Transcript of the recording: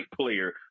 player